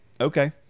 okay